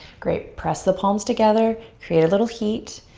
great, press the palms together, create a little heat.